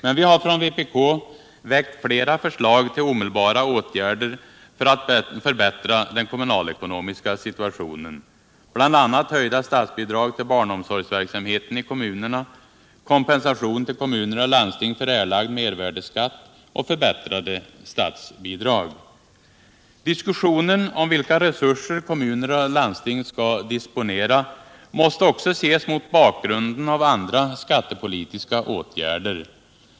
Men vi har från vpk väckt flera förslag till omedelbara åtgärder för att förbättra den kommunalekonomiska situationen, bl.a. höjda statsbidrag till barnom Diskussionen om vilka resurser kommuner och landsting skall disponera måste också ses mot bakgrunden av andra skattepolitiska åtgärder.